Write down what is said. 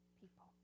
people